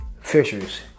Fisher's